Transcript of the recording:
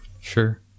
Sure